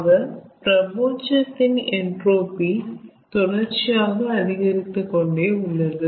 ஆக பிரபஞ்சத்தின் என்ட்ரோபி தொடர்ச்சியாக அதிகரித்து கொண்டே உள்ளது